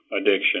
addiction